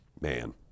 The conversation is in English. Man